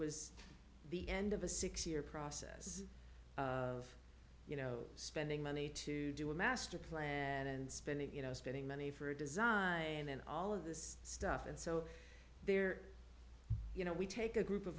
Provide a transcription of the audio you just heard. was the end of a six year process of you know spending money to do a master plan and spending you know spending money for a design and then all of this stuff and so they're you know we take a group of